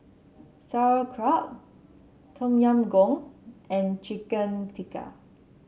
Sauerkraut Tom Yam Goong and Chicken Tikka